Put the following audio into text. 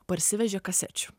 parsivežė kasečių